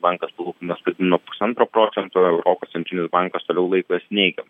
bankas palūkanas nuo pusantro procento europos centrinis bankas toliau laiko jas neigia